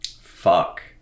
Fuck